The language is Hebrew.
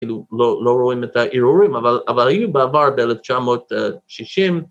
כאילו לא רואים את האירורים, אבל היו בעבר ב-1960